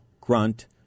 grunt